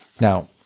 Now